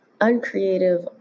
uncreative